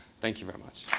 thank you very much.